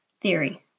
theory